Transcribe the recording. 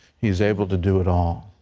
he is able to do it all.